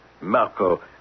Marco